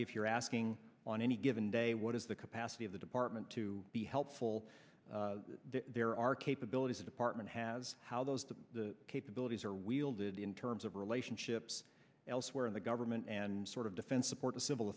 if you're asking on any given day what is the capacity of the department to be helpful there are capabilities the department has how those the capabilities are wielded in terms of relationships elsewhere in the government and sort of defense support to civil